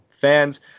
fans